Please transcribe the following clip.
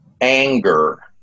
anger